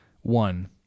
One